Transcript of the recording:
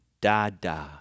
Dada